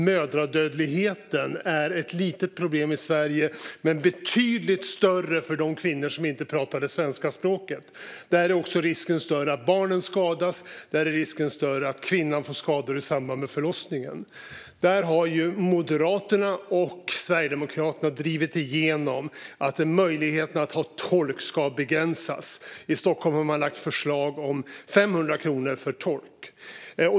Mödradödligheten är ett litet problem i Sverige, men den är betydligt större bland de kvinnor som inte pratar det svenska språket. Där är också risken större att barnen skadas och att kvinnan får skador i samband med förlossningen. Moderaterna och Sverigedemokraterna har drivit igenom att möjligheten till tolk ska begränsas. I Stockholm har man lagt fram förslag om att det ska kosta 500 kronor att ha tolk.